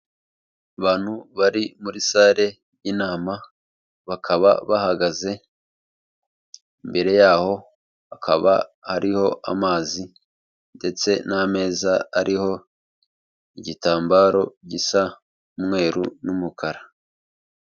Bantu bari muri sale y'inama bakaba bahagaze, imbere yaho hakaba ariho amazi ndetse n'ameza ariho igitambaro gisa umweru n'umukara.